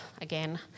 again